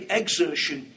exertion